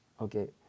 okay